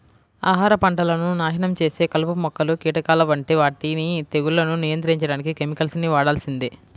ఆహార పంటలను నాశనం చేసే కలుపు మొక్కలు, కీటకాల వంటి వాటిని తెగుళ్లను నియంత్రించడానికి కెమికల్స్ ని వాడాల్సిందే